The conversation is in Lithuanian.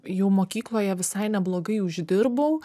jau mokykloje visai neblogai uždirbau